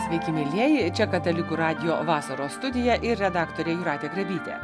sveiki mielieji čia katalikų radijo vasaros studija ir redaktorė jūratė grabytė